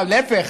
להפך.